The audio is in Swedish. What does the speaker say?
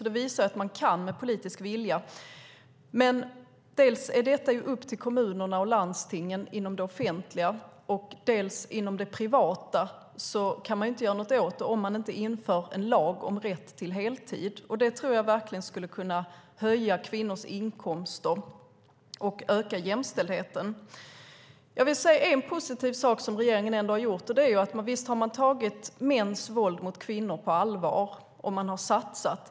Det visar att man kan med politisk vilja. Men detta är inom det offentliga upp till kommunerna och landstingen. Inom det privata kan man inte göra någonting åt det om man inte inför en lag om rätt till heltid. Det tror jag verkligen skulle kunna höja kvinnors inkomster och öka jämställdheten. Jag vill säga en positiv sak som regeringen ändå har gjort, och det är att den har tagit mäns våld mot kvinnor på allvar och har satsat på det.